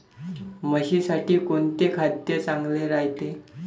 म्हशीसाठी कोनचे खाद्य चांगलं रायते?